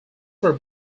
were